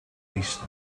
least